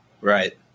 Right